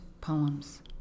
poems